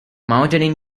mountain